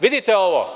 Vidite ovo.